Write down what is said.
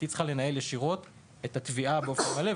הסגנית צריכה לנהל ישירות את התביעה באופן מלא,